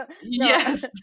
Yes